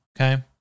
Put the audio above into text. okay